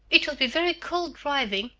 it will be very cold riding.